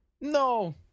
No